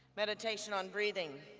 medication on breathing.